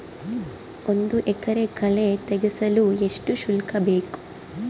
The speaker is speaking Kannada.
ಒಂದು ಎಕರೆ ಕಳೆ ತೆಗೆಸಲು ಎಷ್ಟು ಶುಲ್ಕ ಬೇಕು?